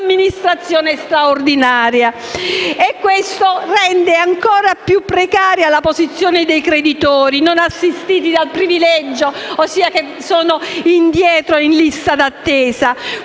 straordinaria. Questo rende ancora più precaria la posizione dei creditori, non assistiti dal privilegio, e che sono cioè indietro in lista d'attesa.